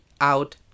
out